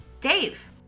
Dave